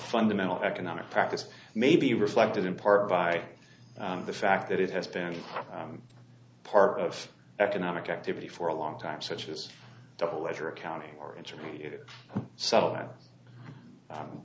fundamental economic practice may be reflected in part by the fact that it has been a part of economic activity for a long time such as double letter accounting or intermediate settlement